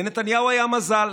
לנתניהו היה מזל: